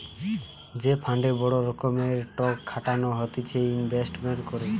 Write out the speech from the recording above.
যে ফান্ডে বড় রকমের টক খাটানো হতিছে ইনভেস্টমেন্ট করে